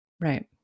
right